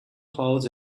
clouds